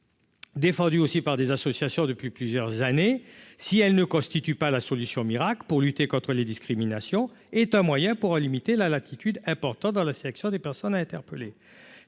Défendue aussi par des associations depuis plusieurs années, si elle ne constitue pas la solution miracle pour lutter contre les discriminations est un moyen pour limiter la latitude important dans la sélection des personnes interpellées